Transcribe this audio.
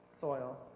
soil